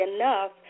enough